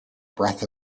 breath